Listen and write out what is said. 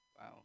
wow